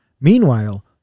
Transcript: meanwhile